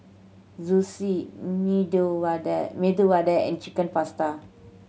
Zosui Medu Vada Medu Vada and Chicken Pasta